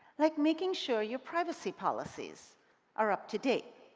like making sure your privacy policies are up-to-date.